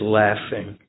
laughing